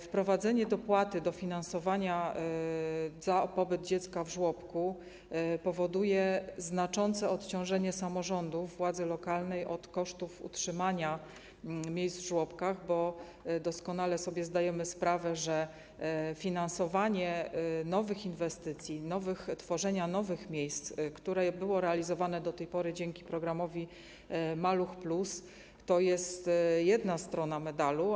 Wprowadzenie dopłaty, dofinasowania za pobyt dziecka w żłobku powoduje znaczące odciążenie samorządów, władzy lokalnej od kosztów utrzymania miejsc w żłobkach, bo doskonale sobie zdajemy sprawę, że finansowanie nowych inwestycji, tworzenie nowych miejsc, co było realizowane do tej pory dzięki programowi ˝Maluch+˝, to jest jedna strona medalu.